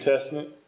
Testament